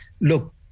look